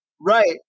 Right